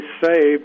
saved